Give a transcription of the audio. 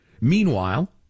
Meanwhile